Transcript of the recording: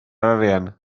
arian